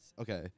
okay